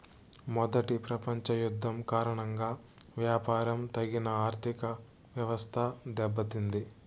మొదటి ప్రపంచ యుద్ధం కారణంగా వ్యాపారం తగిన ఆర్థికవ్యవస్థ దెబ్బతింది